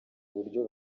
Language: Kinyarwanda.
uburyo